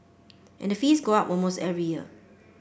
and the fees go up almost every year